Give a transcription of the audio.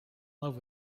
love